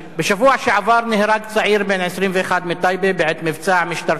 בשבוע שעבר נהרג צעיר בן 21 מטייבה בעת מבצע משטרתי,